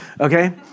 okay